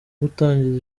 gutangiza